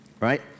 Right